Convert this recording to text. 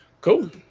cool